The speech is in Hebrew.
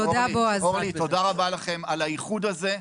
אורלי, תודה רבה על האיחוד הזה.